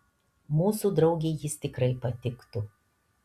mūsų draugei jis tikrai patiktų